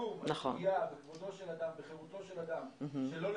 לצמצום פגיעה בכבודו של אדם ובחירותו שלא לצורך,